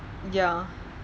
ya